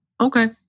Okay